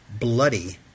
bloody